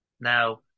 Now